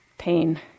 pain